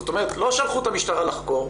זאת אומרת, לא שלחו את המשטרה לחקור.